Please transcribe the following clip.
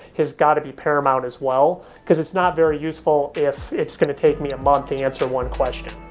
is got to be paramount as well, because it's not very useful if it's going to take me a month to answer one question